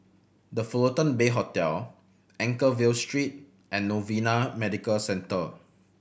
The Fullerton Bay Hotel Anchorvale Street and Novena Medical Centre